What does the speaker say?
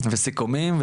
וסיכומים,